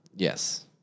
Yes